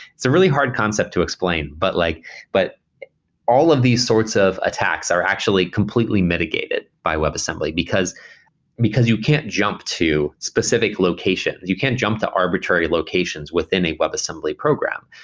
it's a really hard concept to explain, but like but all of these sorts of attacks are actually completely mitigated by webassembly, because because you can't jump to specific locations. you can jump to arbitrary locations within a webassembly program.